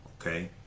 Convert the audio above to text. Okay